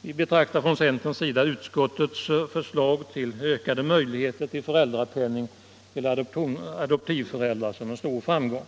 Vi från centern betraktar utskottets förslag till utökad föräldrapenning till adoptionsföräldrar som en stor framgång.